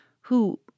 who